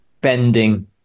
bending